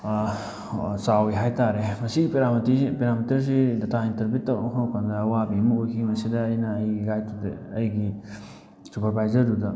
ꯆꯥꯎꯋꯤ ꯍꯥꯏꯇꯥꯔꯦ ꯃꯁꯤꯒꯤ ꯄꯦꯔꯥꯃꯤꯇꯔꯁꯤ ꯄꯦꯔꯥꯃꯤꯇꯔꯁꯦ ꯗꯥꯇꯥ ꯏꯟꯇꯔꯄ꯭ꯔꯤꯠ ꯇꯧꯔꯛꯅꯕ ꯍꯣꯠꯅꯕ ꯃꯇꯝꯗ ꯑꯋꯥꯕꯗꯤ ꯑꯗꯨꯝ ꯑꯣꯏꯈꯤ ꯃꯁꯤꯗ ꯑꯩꯅ ꯑꯩꯒꯤ ꯒꯥꯏꯗꯇꯨꯗ ꯑꯩꯒꯤ ꯁꯨꯄꯔꯕꯥꯏꯖꯔꯗꯨꯗ